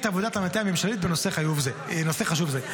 את עבודת המטה הממשלתית בנושא חשוב זה.